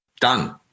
done